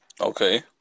Okay